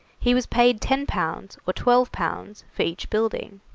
he was paid ten pounds or twelve pounds for each building.